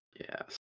Yes